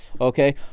Okay